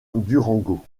durango